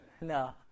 no